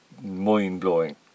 Mind-blowing